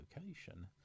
location